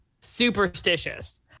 superstitious